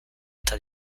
eta